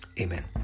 Amen